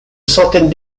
centaines